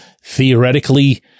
theoretically